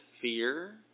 fear